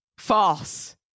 False